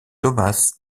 thomas